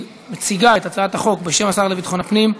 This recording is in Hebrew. מציגה את הצעת החוק, בשם השר לביטחון הפנים,